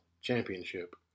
Championship